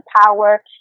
power